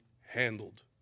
handled